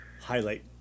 highlight